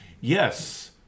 Yes